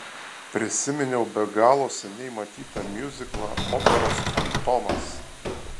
prisiminiau be galo seniai matytą miuziklą operos fantomas